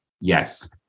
Yes